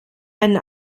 einen